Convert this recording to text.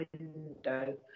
window